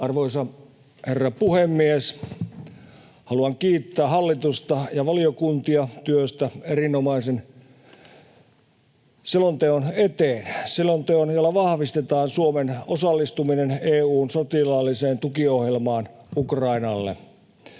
Arvoisa herra puhemies! Haluan kiittää hallitusta ja valiokuntia työstä erinomaisen selonteon eteen — selonteon, jolla vahvistetaan Suomen osallistuminen EU:n sotilaalliseen tukiohjelmaan Ukrainalle.